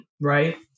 Right